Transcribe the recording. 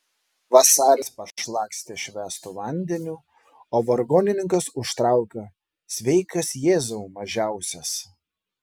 vasaris pašlakstė švęstu vandeniu o vargonininkas užtraukė sveikas jėzau mažiausias